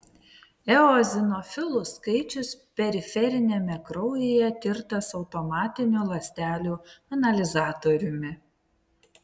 eozinofilų skaičius periferiniame kraujyje tirtas automatiniu ląstelių analizatoriumi